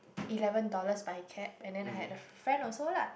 eleven dollars by cab and then I had a friend also lah